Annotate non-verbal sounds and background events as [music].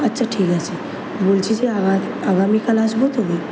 আচ্ছা ঠিক আছে বলছি যে আবার আগামীকাল আসব তো [unintelligible]